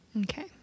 Okay